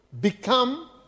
become